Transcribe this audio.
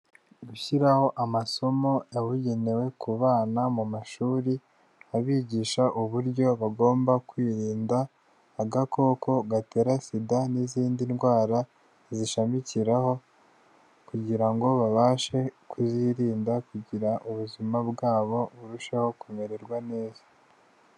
Gushyiraho amasomo yabugenewe ku bana, mu mashuri abigisha uburyo bagomba kwirinda agakoko gatera sida n'izindi ndwara zishamikiraho, kugira ngo babashe kuzirinda kugira ubuzima bwabo burusheho kumererwa neza.